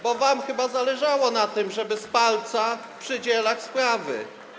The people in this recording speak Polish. Bo wam chyba zależało na tym, żeby z palca przydzielać sprawy.